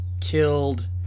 killed